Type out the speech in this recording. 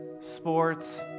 sports